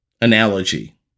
analogy